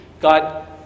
God